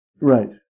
Right